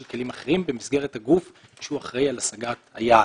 כלים אחרים במסגרת הגוף שהוא אחראי על השגת היעד.